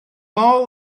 all